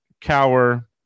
cower